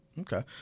okay